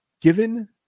Given